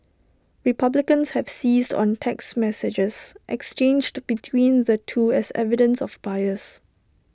republicans have seized on text messages exchanged between the two as evidence of bias